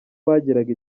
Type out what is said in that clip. bageraga